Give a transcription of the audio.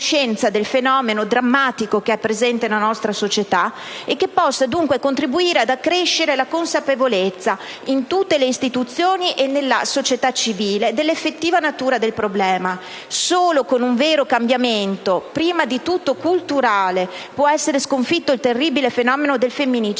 la conoscenza del fenomeno drammatico che è presente nella nostra società, e che dunque possa contribuire ad accrescere la consapevolezza in tutte le istituzioni e nella società civile dell'effettiva natura del problema. Solo con un vero cambiamento, prima di tutto culturale, può essere sconfitto il terribile fenomeno del femminicidio